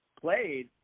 played